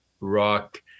rock